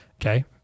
Okay